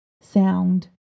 sound